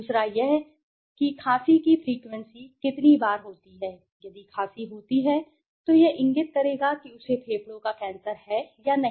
दूसरा यह है कि खांसी की फ्रीक्वेंसी कितनी बार होती है यदि खांसी होती है तो यह इंगित करेगा कि उसे फेफड़ों का कैंसर है या नहीं